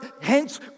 hence